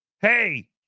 hey